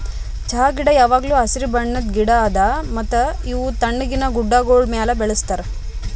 ಚಹಾ ಗಿಡ ಯಾವಾಗ್ಲೂ ಹಸಿರು ಬಣ್ಣದ್ ಗಿಡ ಅದಾ ಮತ್ತ ಇವು ತಣ್ಣಗಿನ ಗುಡ್ಡಾಗೋಳ್ ಮ್ಯಾಲ ಬೆಳುಸ್ತಾರ್